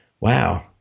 wow